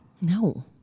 no